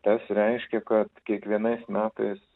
tas reiškia kad kiekvienais metais